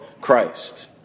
Christ